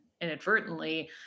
inadvertently